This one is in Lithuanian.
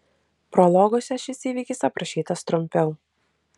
prologuose šis įvykis aprašytas trumpiau